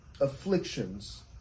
afflictions